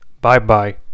Bye-bye